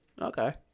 Okay